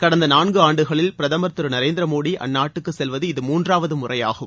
கடந்த நான்கு ஆண்டுகளில் பிரதமர் திரு நரேந்திர மோடி அந்நாட்டுச் செல்வது இது மூன்றாவது முறையாகும்